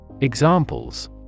Examples